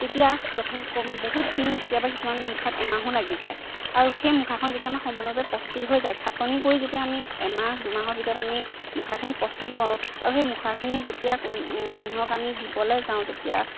তেতিয়া বহুত দিন কেতিয়াবা কিছুমান মুখাত এমাহো লাগি যায় আৰু সেই মুখাখন যেতিয়া আমাৰ সম্পূৰ্ণৰূপে প্ৰস্তুত হৈ যায় খাটনি কৰি যেতিয়া আমি এমাহ দুমাহৰ ভিতৰত আমি মুখাখিনি প্ৰস্তুত কৰোঁ আৰু সেই মুখাখিনি যেতিয়া মানুহক আমি দিবলৈ যাওঁ তেতিয়া